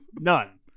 none